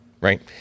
Right